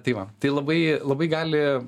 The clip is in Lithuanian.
tai va tai labai labai gali